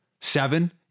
seven